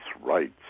rights